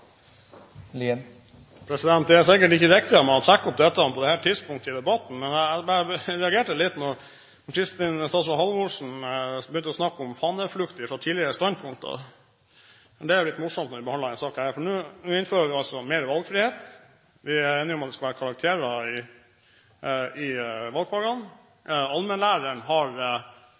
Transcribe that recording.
Det er sikkert ikke riktig av meg å trekke opp dette på dette tidspunktet i debatten, men jeg reagerte litt da statsråd Halvorsen begynte å snakke om faneflukt fra tidligere standpunkter. Det er jo litt morsomt når vi behandler denne saken. For nå innfører vi altså mer valgfrihet, vi er enige om at det skal være karakterer i valgfagene, allmennlæreren